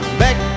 back